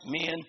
men